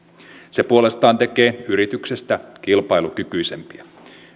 se puolestaan tekee yrityksistä kilpailukykyisempiä